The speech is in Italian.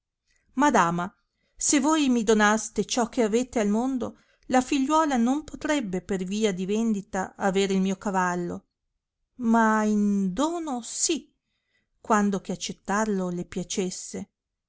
madama se voi mi donaste ciò che avete al mondo la figliuola non potrebbe per via di vendita aver il mio cavallo ma in dono sì quando che accettarlo le piacesse